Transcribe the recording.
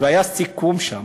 והיה סיכום שם